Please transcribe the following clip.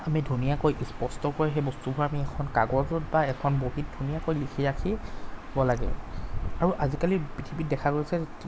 আমি ধুনীয়াকৈ স্পষ্টকৈ সেই বস্তুবোৰ আমি এখন কাগজত বা এখন বহীত ধুনীয়াকৈ লিখি ৰাখিব লাগে আৰু আজিকালি পৃথিৱীত দেখা গৈছে